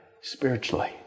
spiritually